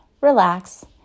relax